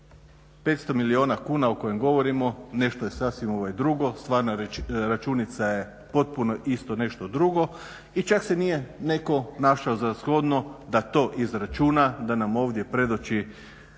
500 milijuna kuna o kojem govorimo nešto je sasvim drugo. Stvarna računica je potpuno isto nešto drugo i čak se nije netko našao za shodno da to izračuna, da nam ovdje predoči